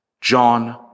John